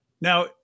now